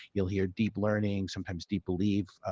you'll hear deep learning, sometimes deep belief.